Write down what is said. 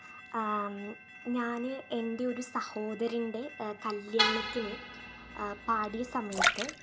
ഞാൻ എൻ്റെ ഒരു സഹോദരൻ്റെ കല്യാണത്തിന് പാടിയ സമയത്ത്